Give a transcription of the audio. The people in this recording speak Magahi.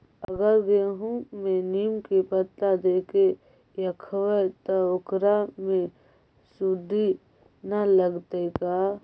अगर गेहूं में नीम के पता देके यखबै त ओकरा में सुढि न लगतै का?